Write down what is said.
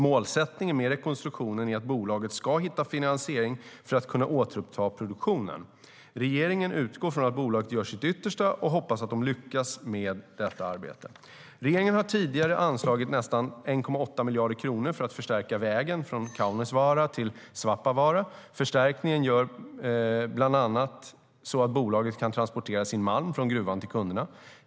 Målsättningen med rekonstruktionen är att bolaget ska hitta finansiering för att kunna återuppta produktionen. Regeringen utgår från att bolaget gör sitt yttersta och hoppas att de ska lyckas med detta arbete. Regeringen har tidigare anslagit nästan 1,8 miljarder kronor för att förstärka vägen från Kaunisvaara till Svappavaara. Förstärkningen gör bland annat så att bolaget kan transportera sin malm från gruvan till kunderna.